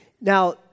Now